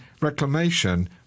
reclamation